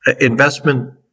investment